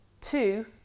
two